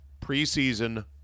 preseason